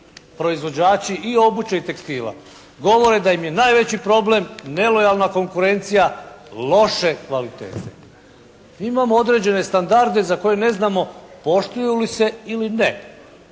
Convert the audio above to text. proizvođači i obuće i tekstila govore da im je najveći problem nelojalna konkurencija loše kvalitete. Mi imamo određene standarde za koje ne znamo poštuju li se ili ne.